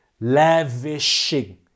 lavishing